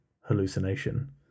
hallucination